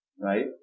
right